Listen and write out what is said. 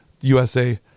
USA